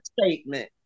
statement